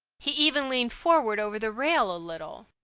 he even leaned forward over the rail a little.